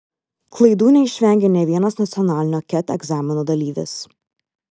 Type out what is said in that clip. klaidų neišvengė nė vienas nacionalinio ket egzamino dalyvis